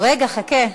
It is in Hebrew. רגע, חכה.